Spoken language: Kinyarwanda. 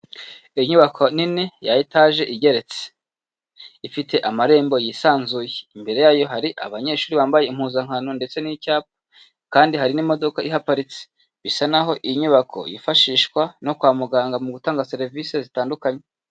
Inyubako nini ya etaje igeretse ifite amarembo yisanzuye, imbere yayo hari abanyeshuri bambaye impuzankano ndetse n'icyapa kandi hari n'imodoka ihaparitse, bisa naho iyi nyubako yifashishwa no kwa muganga mu gutanga serivise zitandukanye.